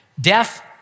death